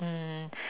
mm